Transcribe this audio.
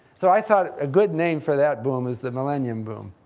so i thought a good name for that boom is the millennium boom.